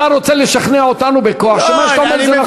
אתה רוצה לשכנע אותנו בכוח שמה שאתה אומר זה נכון.